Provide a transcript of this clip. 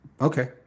Okay